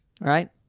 right